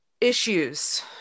issues